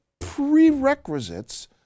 prerequisites